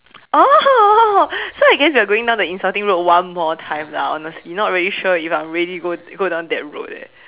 oh so I guess we are going down the insulting road one more time lah honestly not really sure whether if I am ready to go go down that road eh